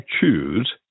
choose